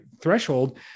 threshold